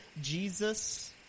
Jesus